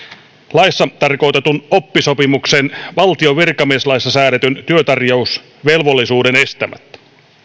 laissa tarkoitetun oppisopimuksen valtion virkamieslaissa säädetyn työtarjousvelvollisuuden estämättä